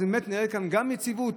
אז באמת נראה כאן גם יציבות,